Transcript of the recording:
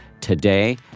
today